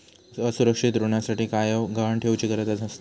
असुरक्षित ऋणासाठी कायव गहाण ठेउचि गरज नसता